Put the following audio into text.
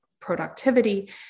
productivity